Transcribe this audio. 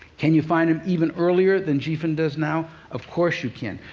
can you find it even earlier than gphin does now? of course you can.